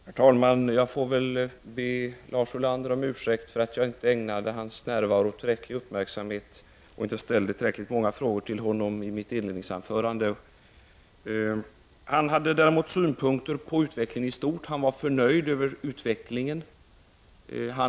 Herr talman! Jag får väl be Lars Ulander om ursäkt för att jag inte ägnade hans närvaro tillräcklig uppmärksamhet och inte ställde tillräckligt många frågor till honom i mitt inledningsanförande. Han hade synpunkter på utvecklingen i stort. Han var förnöjd över den.